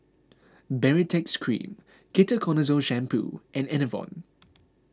Baritex Cream Ketoconazole Shampoo and Enervon